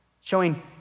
showing